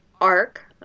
arc